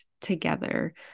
together